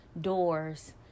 doors